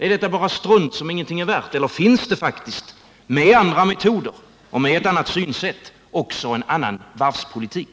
Är det bara strunt som ingenting är värt eller finns det faktiskt med andra metoder och ett annat synsätt också en annan varvspolitik?